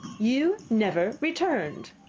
you never returned.